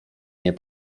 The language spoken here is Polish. nie